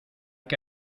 que